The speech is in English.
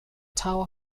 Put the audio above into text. tower